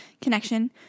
connection